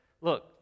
look